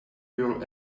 will